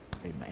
amen